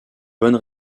bonne